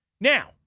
now